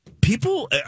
people